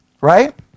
right